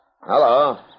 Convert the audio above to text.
Hello